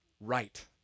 right